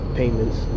payments